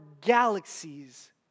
galaxies